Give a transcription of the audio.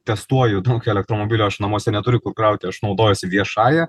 testuoju daug elektromobilių aš namuose neturiu kur krauti aš naudojuosi viešąja